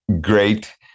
great